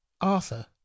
Arthur